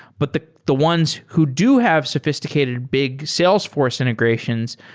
but the the ones who do have sophisticated big salesforce integrations,